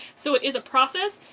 so it is a process,